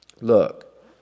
Look